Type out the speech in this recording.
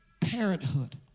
parenthood